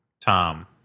Tom